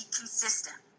consistent